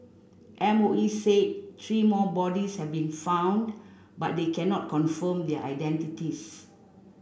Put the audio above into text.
M O E said three more bodies have been found but they cannot confirm their identities